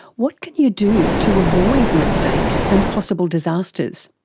what can you do to avoid mistakes and possible disasters?